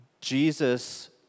Jesus